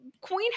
queen